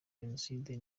jenoside